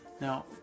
Now